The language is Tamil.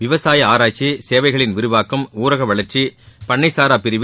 விவசாய ஆராய்ச்சி சேவைகளின் விரிவாக்கம் ஊரக வளர்ச்சி பண்ணை சாரா பிரிவு